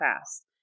fast